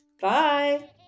Bye